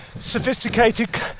sophisticated